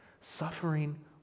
suffering